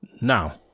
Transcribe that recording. Now